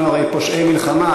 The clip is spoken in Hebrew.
אנחנו הרי פושעי מלחמה,